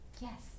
yes